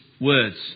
words